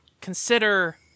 consider